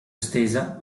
estesa